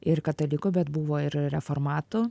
ir katalikų bet buvo ir reformatų